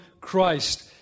Christ